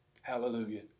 Hallelujah